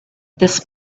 this